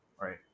right